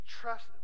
trust